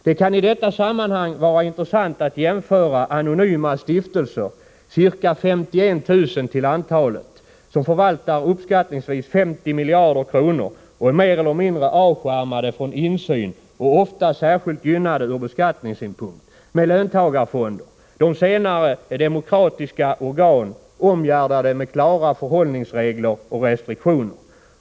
Det kan i detta sammanhang vara intressant att jämföra anonyma stiftelser —ca 51 000 till antalet —, som förvaltar uppskattningsvis 50 miljarder kronor och är mer eller mindre avskärmade från insyn och ofta särskilt gynnade ur beskattningssynpunkt, med löntagarfonder. De senare är demokratiska organ, omgärdade med klara förhållningsregler och restriktioner.